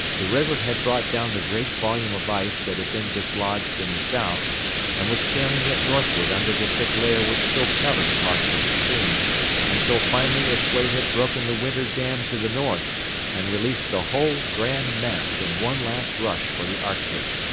the river had brought down the great volume of ice that had been dislodged in the south and was carrying it northward under the thick layer which still covered parts of the stream until finally its weight had broken the winter dam to the north and released the whole grand mass in one last rush for the arctic.